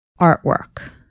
artwork